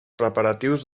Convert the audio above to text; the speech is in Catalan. preparatius